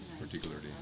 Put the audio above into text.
particularly